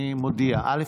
אני מודיע: א.